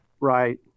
Right